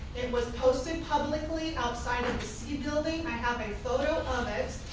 it was posted publicly outside of the c building. i have a photo of it.